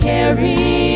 Carry